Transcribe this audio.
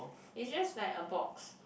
is just like a box